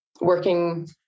working